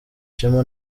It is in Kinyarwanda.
ishema